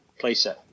playset